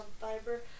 fiber